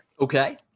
Okay